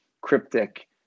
cryptic